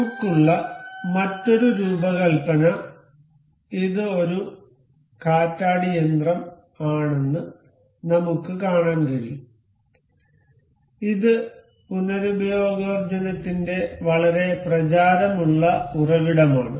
നമുക്കുള്ള മറ്റൊരു രൂപകൽപ്പന ഇത് ഒരു കാറ്റാടിയന്ത്രം ആണെന്ന് നമുക്ക് കാണാൻ കഴിയും ഇത് പുനരുപയോഗോർജ്ജത്തിന്റെ വളരെ പ്രചാരമുള്ള ഉറവിടമാണ്